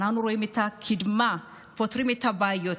אנחנו רואים את הקדמה פותרת את הבעיות,